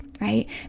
right